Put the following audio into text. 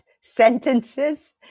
sentences